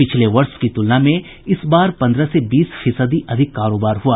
पिछले वर्ष की तुलना में इस बार पन्द्रह से बीस फीसदी अधिक कारोबार हुआ